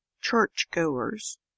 churchgoers